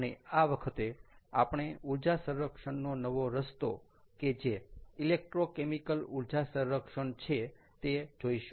અને આ વખતે આપણે ઊર્જા સંરક્ષણનો નવો રસ્તો કે જે ઇલેક્ટ્રોકેમિકલ ઊર્જા સંરક્ષણ છે તે જોઈશું